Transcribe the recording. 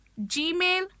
Gmail